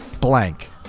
blank